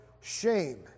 shame